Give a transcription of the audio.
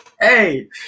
Hey